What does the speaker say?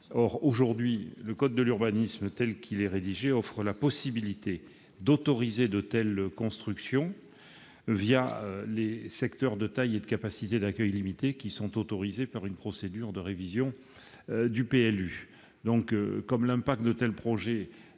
Or, aujourd'hui, le code de l'urbanisme offre la possibilité d'autoriser de telles constructions les secteurs de taille et de capacité d'accueil limitées, les STECAL, autorisés par une procédure de révision du PLU.